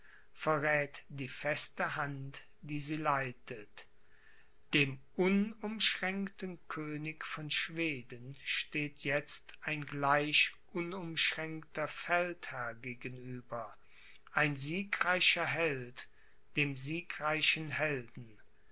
verräth die feste hand die sie leitet dem unumschränkten könig von schweden steht jetzt ein gleich unumschränkter feldherr gegenüber ein siegreicher held dem siegreichen helden